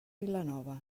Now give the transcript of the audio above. vilanova